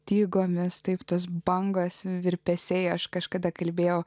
stygomis taip tos bangos virpesiai aš kažkada kalbėjo